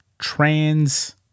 Trans